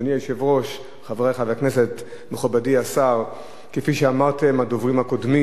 כסגן יושב-ראש לשעבר הוא יודע שאין הנחות.